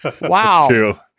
Wow